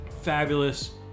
fabulous